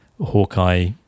Hawkeye